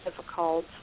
difficult